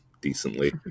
decently